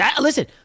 Listen